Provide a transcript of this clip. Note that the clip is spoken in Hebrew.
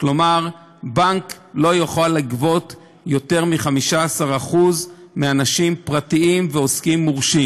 כלומר בנק לא יוכל לגבות יותר מ-15% מאנשים פרטיים ומעוסקים מורשים.